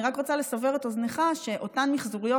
אני רק רוצה לסבר את אוזנך שאותן מחזוריות,